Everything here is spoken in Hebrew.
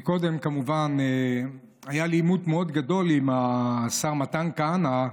קודם כמובן היה לי עימות מאוד גדול עם השר מתן כהנא,